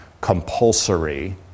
compulsory